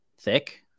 thick